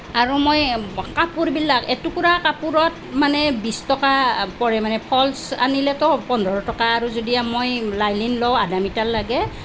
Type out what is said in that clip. আৰু মই কাপোৰবিলাক এটুকুৰা কাপোৰত মানে বিশ টকা পৰে মানে ফল্চ আনিলেতো পোন্ধৰ টকা আৰু যদি মই লাইনিং লওঁ আধা মিটাৰ লাগে